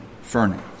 furnace